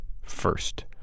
first